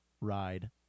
ride